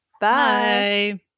Bye